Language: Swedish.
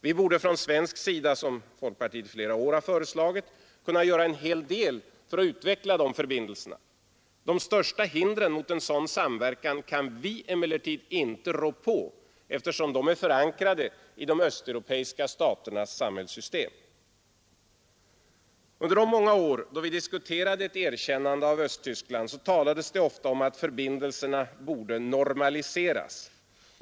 Vi borde från svensk sida — som folkpartiet i flera år har föreslagit — kunna göra en hel del för att utveckla dessa förbindelser. De största hindren mot en sådan samverkan kan vi emellertid inte rå på, eftersom de är förankrade i de östeuropeiska staternas samhällssystem. Under de många år då vi diskuterade ett erkännande av Östtyskland talades det ofta om att förbindelserna borde ”normaliseras”.